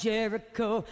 Jericho